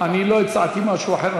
אני לא הצעתי משהו אחר,